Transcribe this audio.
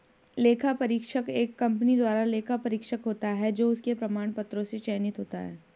लेखा परीक्षक एक कंपनी द्वारा लेखा परीक्षक होता है जो उसके प्रमाण पत्रों से चयनित होता है